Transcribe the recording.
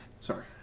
Sorry